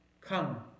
come